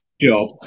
job